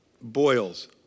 boils